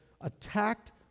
attacked